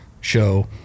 show